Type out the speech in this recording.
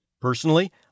Personally